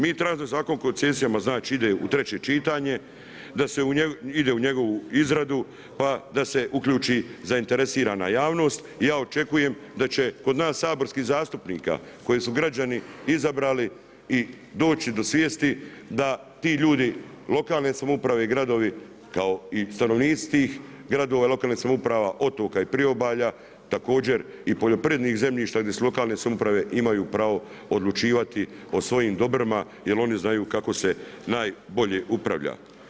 Mi tražimo da Zakon o koncesijama, znači ide u treće čitanje, da se ide u njegovu izradu, pa da se uključi zainteresirana javnost, ja očekujem da će kod nas saborskih zastupnika, koje su građani izabrali i doći do svijesti, da ti ljudi lokalne samouprave i gradovi, kao i stanovnici tih gradova lokalnih samouprava, otoka i priobalja, također i poljoprivrednih zemljišta gdje su lokalne samouprave, imaju pravo odlučivati o svojim dobrima jer oni znaju kako se najbolje upravlja.